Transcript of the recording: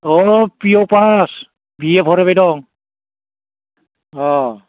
औ औ पिअ' पास बिए फरायबाय दं